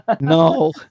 No